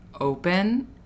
open